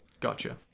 Gotcha